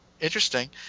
interesting